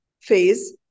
phase